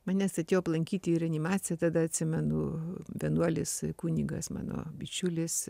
manęs atėjo aplankyti į reanimaciją tada atsimenu vienuolis kunigas mano bičiulis